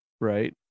right